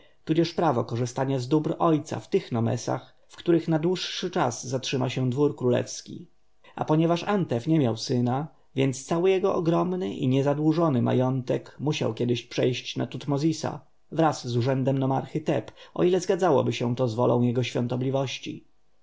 tudzież prawo korzystania z dóbr ojca w tych nomesach w których na dłuższy czas zatrzyma się dwór królewski a ponieważ antef nie miał syna więc cały jego ogromny i niezadłużony majątek musiał kiedyś przejść na tutmozisa wraz z urzędem nomarchy teb o ile zgadzałoby się to z wolą jego świątobliwości